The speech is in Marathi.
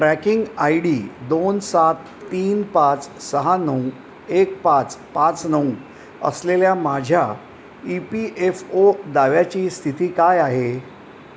ट्रॅकिंग आय डी दोन सात तीन पाच सहा नऊ एक पाच पाच नऊ असलेल्या माझ्या ई पी एफ ओ दाव्याची स्थिती काय आहे